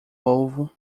ovo